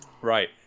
Right